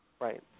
Right